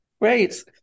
great